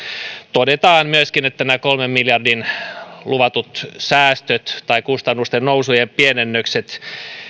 todetaan myöskin että nämä kolmen miljardin luvatut säästöt tai kustannusten nousun pienennykset